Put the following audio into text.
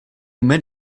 met